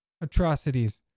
atrocities